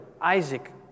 Isaac